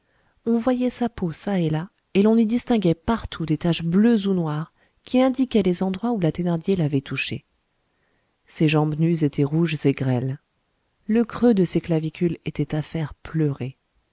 on voyait sa peau çà et là et l'on y distinguait partout des taches bleues ou noires qui indiquaient les endroits où la thénardier l'avait touchée ses jambes nues étaient rouges et grêles le creux de ses clavicules était à faire pleurer